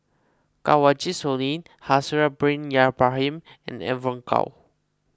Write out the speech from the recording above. Kanwaljit Soin Haslir Bin Ibrahim and Evon Kow